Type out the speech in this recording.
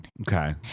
Okay